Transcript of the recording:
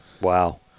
Wow